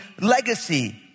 legacy